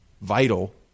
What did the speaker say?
vital